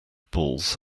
balls